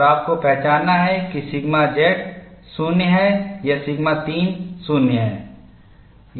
और आपको पहचानना है कि सिग्मा z0 है या सिग्मा 3 0 है